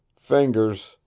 fingers